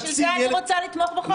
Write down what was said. בשביל זה אני רוצה לתמוך בחוק הזה,